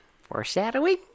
Foreshadowing